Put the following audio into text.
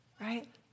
right